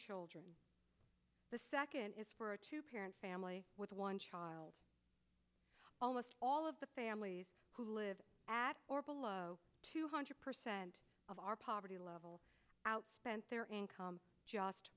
children the second is for a two parent family with one child almost all of the families who live at or below two hundred percent of our poverty level outspent their income just